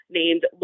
named